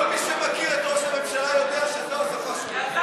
כל מי שמכיר את ראש הממשלה יודע שזו השפה שהוא מבין.